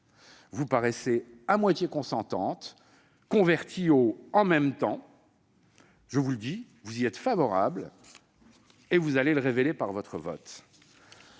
Vous paraissez à moitié consentante, convertie au « en même temps ». Je vous le dis : vous y êtes favorable, et vous allez le révéler par votre vote